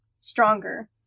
stronger